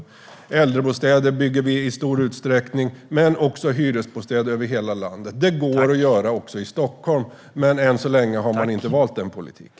Vi bygger äldrebostäder i stor utsträckning men också hyresbostäder över hela landet. Det här går att göra också i Stockholm, men än så länge har man inte valt den politiken.